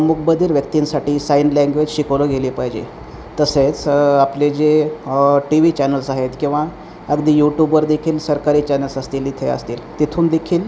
मूकबधिर व्यक्तींसाठी sign language शिकवलं गेले पाहिजे तसेच आपले जे टी व्ही चॅनल्स आहेत किंवा अगदी यूट्यूबवरदेखील सरकारी चॅनल्स असतील इथे असतील तिथून देखील